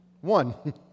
one